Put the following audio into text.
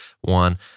one